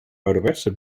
ouderwetse